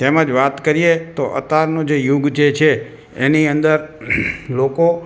તેમજ વાત કરીએ તો અત્યારનો જે યુગ જે છે એની અંદર લોકો